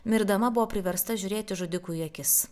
mirdama buvo priversta žiūrėti žudikui į akis